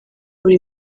buri